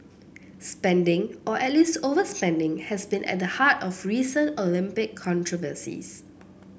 spending or at least overspending has been at the heart of recent Olympic controversies